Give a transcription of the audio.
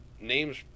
name's